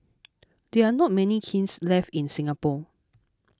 there are not many kilns left in Singapore